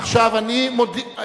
עכשיו, אני מודיע,